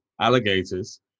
Alligators